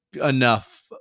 enough